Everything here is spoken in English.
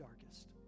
darkest